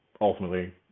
ultimately